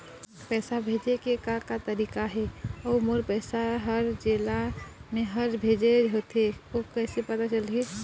पैसा भेजे के का का तरीका हे अऊ मोर पैसा हर जेला मैं हर भेजे होथे ओ कैसे पता चलही?